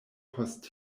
post